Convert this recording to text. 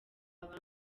aba